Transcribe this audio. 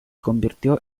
convirtió